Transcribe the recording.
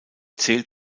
zählt